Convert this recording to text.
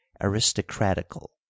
aristocratical